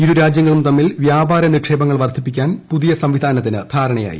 ഇരുരാജ്യങ്ങളും തമ്മിൽ വ്യാപാര നിക്ഷേപങ്ങൾ വർധിപ്പിക്കാൻ പുതിയ സംവിധാനത്തിന് ധാരണയായി